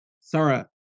Sarah